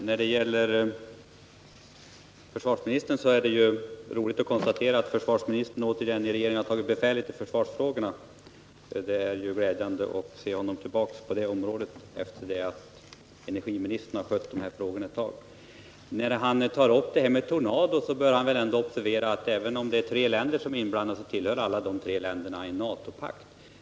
Herr talman! Det är roligt att konstatera att försvarsministern i regeringen ånyo tagit befälet i försvarsfrågorna. Det är glädjande att se honom vara tillbaka på detta område, sedan energiministern ett tag skött dessa frågor. När försvarsministern tar upp frågan om Tornadoflygplanen bör han ändå observera att även om det är tre länder som är inblandade, så tillhör dessa tre länder NATO-pakten.